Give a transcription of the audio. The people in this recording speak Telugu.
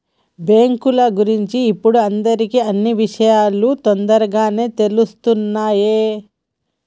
బ్యేంకుల గురించి ఇప్పుడు అందరికీ అన్నీ విషయాలూ తొందరగానే తెలుత్తున్నయ్